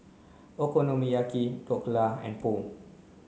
Okonomiyaki Dhokla and Pho